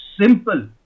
simple